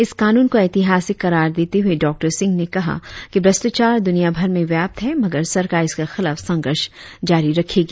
इस कानून को ऎतिहासिक करार देते हुए डॉक्टर सिंह ने कहा कि भ्रष्टाचार दुनियाभर में व्याप्त है मगर सरकार इसके खिलाफ संघर्ष जारी रखेगी